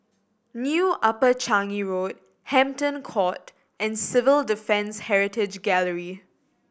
New Upper Changi Road Hampton Court and Civil Defence Heritage Gallery